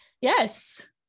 yes